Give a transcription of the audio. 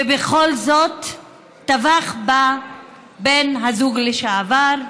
ובכל זאת טבח בה בן הזוג לשעבר,